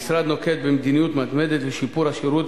המשרד נוקט מדיניות מתמדת לשיפור השירות